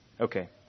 Okay